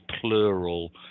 plural